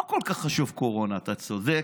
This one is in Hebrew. לא כל כך חשוב קורונה, אתה צודק.